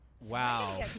Wow